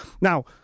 Now